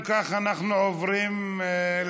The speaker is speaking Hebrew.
אם כך, אנחנו עוברים להצבעה.